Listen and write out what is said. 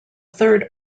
third